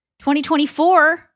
2024